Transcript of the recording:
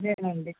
ఇదేనండి